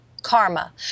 karma